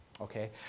okay